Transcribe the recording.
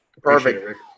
Perfect